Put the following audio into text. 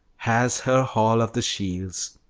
has her hall of the shields.